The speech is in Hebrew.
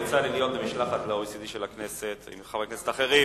יצא לי להיות במשלחת של הכנסת ל-OECD עם חברי כנסת אחרים.